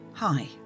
Hi